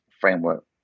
framework